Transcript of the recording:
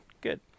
Good